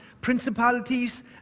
principalities